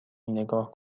نگاه